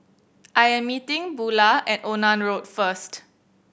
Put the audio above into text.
I am meeting Bula at Onan Road first